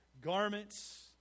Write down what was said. garments